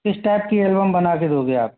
किस टाइप की एलबम बना के दोगे आप